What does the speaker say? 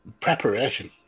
Preparation